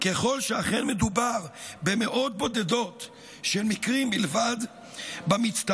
ככל שאכן מדובר במאות בודדות של מקרים בלבד במצטבר